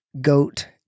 goat